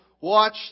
watch